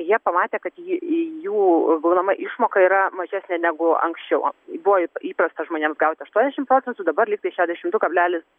jie pamatė kad ji jų gaunama išmoka yra mažesnė negu anksčiau buvo ip įprasta žmonėms gauti aštuoniasdešim procentų dabar lygtai šešiasdešimt du kablelis